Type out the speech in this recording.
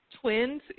twins